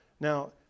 Now